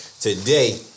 today